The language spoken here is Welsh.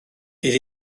bydd